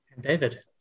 David